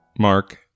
Mark